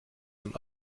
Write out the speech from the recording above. den